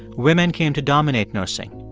women came to dominate nursing.